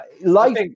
Life